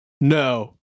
No